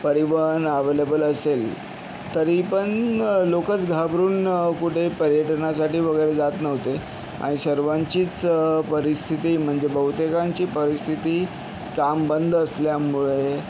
परिवहन अवेलेबल असेल तरी पण लोकच घाबरून कुठे पर्यटनासाठी वगैरे जात नव्हते आणि सर्वांचीच परिस्थिती म्हणजे बहुतेकांची परिस्थिती काम बंद असल्यामुळे